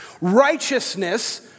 righteousness